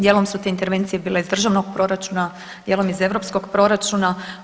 Dijelom su te intervencije bile iz državnog proračuna, dijelom iz europskog proračuna.